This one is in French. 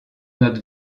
notre